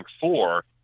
four